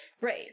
Right